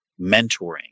mentoring